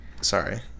sorry